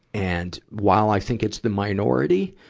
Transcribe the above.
and, while i think it's the minority,